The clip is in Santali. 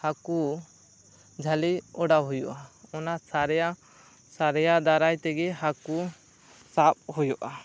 ᱦᱟᱹᱠᱩ ᱡᱷᱟᱹᱞᱤ ᱚᱸᱰᱟᱣ ᱦᱩᱭᱩᱜᱼᱟ ᱚᱱᱟ ᱥᱟᱨᱭᱟ ᱥᱟᱨᱭᱟ ᱫᱟᱨᱟᱡ ᱛᱮᱜᱮ ᱦᱟᱹᱠᱩ ᱥᱟᱵ ᱦᱩᱭᱩᱜᱼᱟ